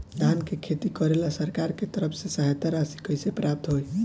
धान के खेती करेला सरकार के तरफ से सहायता राशि कइसे प्राप्त होइ?